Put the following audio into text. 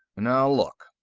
now, look,